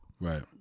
Right